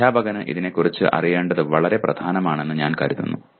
അധ്യാപകന് ഇതിനെക്കുറിച്ച് അറിയേണ്ടത് വളരെ പ്രധാനമാണെന്ന് ഞാൻ കരുതുന്നു